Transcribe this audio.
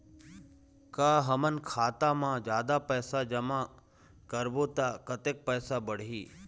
का हमन खाता मा जादा पैसा जमा करबो ता कतेक पैसा बढ़ही?